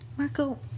Marco